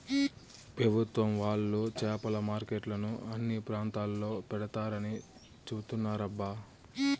పెభుత్వం వాళ్ళు చేపల మార్కెట్లను అన్ని ప్రాంతాల్లో పెడతారని చెబుతున్నారబ్బా